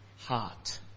heart